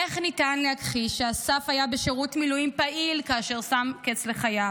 איך ניתן להכחיש שאסף היה בשירות מילואים פעיל כאשר שם קץ לחייו?